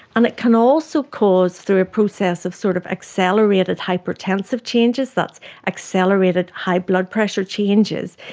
and it can also cause, through a process of sort of accelerated hypertensive changes, that's accelerated high blood pressure changes,